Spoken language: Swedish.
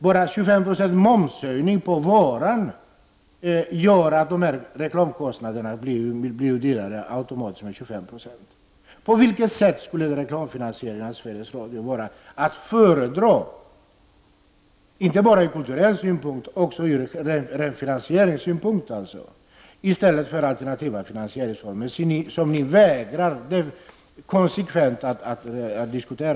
Bara 25 26 momshöjning på varan gör att reklamkostnaderna automatiskt blir 2596 dyrare. På vilket sätt skulle en reklamfinansiering av Sveriges Radio vara att föredra, inte bara ur kulturell synpunkt, utan också ur ren finansieringssynpunkt, framför alternativ finansiering, som ni konsekvent vägrar att diskutera?